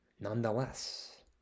nonetheless